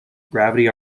gravity